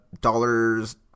dollars